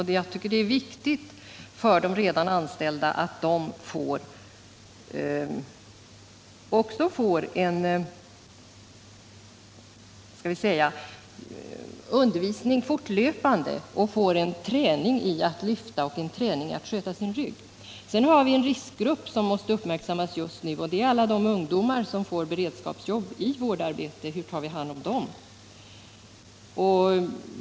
Det är viktigt för de vårdanställda att de också får en fortlöpande undervisning och träning i lyftteknik och att sköta sin egen rygg. Sedan har vi en riskgrupp som måste uppmärksammas just nu, nämligen alla de ungdomar som får beredskapsarbete inom vården. Hur tar vi hand om dem?